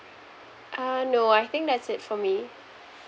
uh no I think that's it for me